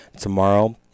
tomorrow